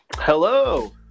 hello